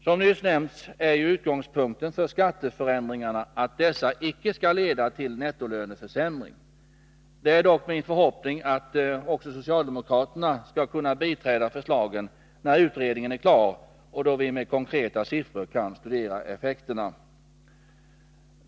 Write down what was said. Som nyss nämnts är ju utgångspunkten för skatteförändringarna att dessa inte skall leda till nettolöneförsämring. Det är dock min förhoppning att också socialdemokraterna skall kunna biträda förslagen när utredningen är klar och då vi med konkreta siffror kan studera effekterna.